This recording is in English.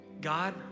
God